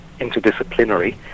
interdisciplinary